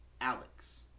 Alex